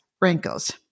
wrinkles